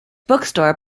bookstore